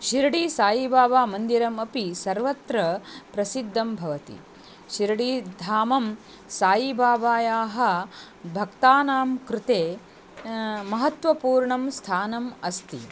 शिर्डिसायिबाबामन्दिरमपि सर्वत्र प्रसिद्धं भवति शिर्डिधामं सायिबाबानां भक्तानां कृते महत्त्वपूर्णं स्थानम् अस्ति